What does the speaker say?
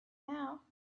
now